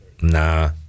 Nah